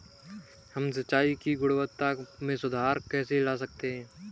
हम सिंचाई की गुणवत्ता में सुधार कैसे ला सकते हैं?